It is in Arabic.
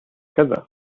هكذا